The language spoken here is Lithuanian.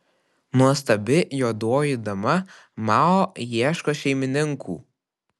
nuostabi juodoji dama mao ieško šeimininkų